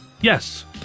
Yes